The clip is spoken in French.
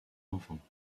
enfants